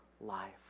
life